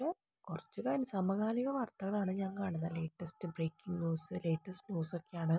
പക്ഷെ കുറച്ച് കാര്യം സമകാലിക വാർത്തകളാണ് ഞാൻ കാണുന്നത് latest breaking news latest news ഒക്കെയാണ്